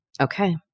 Okay